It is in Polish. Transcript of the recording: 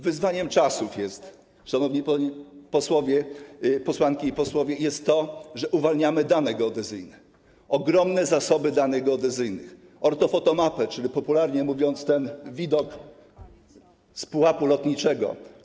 Wyzwaniem czasów, szanowni posłowie, posłanki i posłowie, jest to, że uwalniamy dane geodezyjne, ogromne zasoby danych geodezyjnych, ortofotomapy, czyli ten widok, popularnie mówiąc, z pułapu lotniczego.